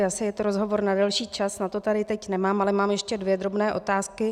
Asi je to rozhovor na delší čas, na to tady teď nemám, ale mám ještě dvě drobné otázky.